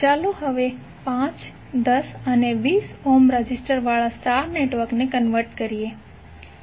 ચાલો હવે 5 10 અને 20 ઓહ્મ રેઝિસ્ટરવાળા સ્ટાર નેટવર્કને કન્વર્ટ કરીએ